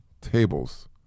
tables